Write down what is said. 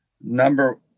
Number